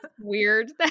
weird